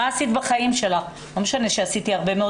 מה עשית בחיים שלך לא משנה שעשיתי הרבה מאוד